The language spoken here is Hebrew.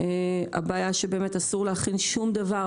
הבעיה היא שאסור להכין שום דבר,